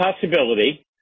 possibility